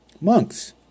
monks